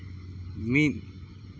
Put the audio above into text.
ᱢᱤᱫ